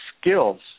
skills